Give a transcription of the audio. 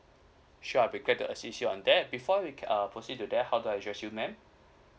sure we get to assist you on that before we can uh proceed to there how do I address you ma'am